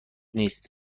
نیست